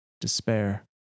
Despair